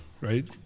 right